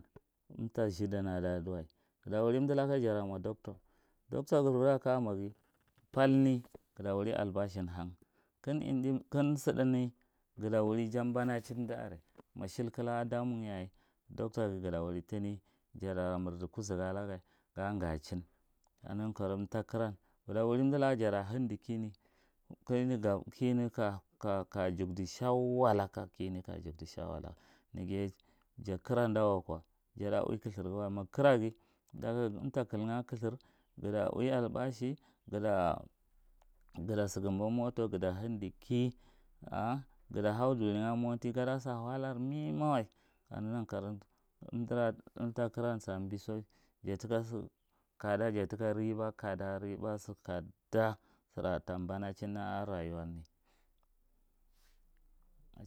Umtha sthadi naduwa gata wuri umdu laka jata lamo doctor, doctor kur nghira kaja moghi ngha pame ngbz tawuri albashin han ken mdin ken sidinin gha tawuri jabe na chin umda are ma shiku laka a damu umda yayeh doctor ghi ngha towuri thini jata lamadi kuzugu alagha ga gahchin ka neghi yan karou umdu ta kiran gha ta wuri umdu laka jata hendi khiyene k aka kiyene ka yilcdi shawa laka kiyenen ka jucdi shawal laka neghiye ja kire dan wako jada uaye kathar ghawa magha kiraghi umta kil a kathir gubta uwei albashi ghata sikumba moton, ghata hindi kiye ghata han duli ankuwa mowanti gada sawahalar memawai kaneghi nan karou umdu ta kiran kaneghi nan karawan jatikasi jatikasi kada tambo nanchinwe a rayuwan.